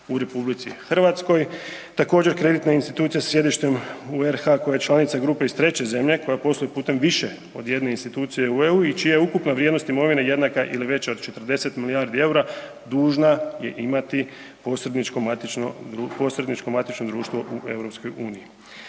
u RH. Također, kreditne institucije sa sjedište u RH koja je članica grupe iz treće zemlja koja posluje putem više od jedne institucije u EU i čija je ukupna vrijednost imovine jednaka ili veća od 40 milijardi eura, dužna je imati posredničko matično društvo u EU.